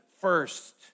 first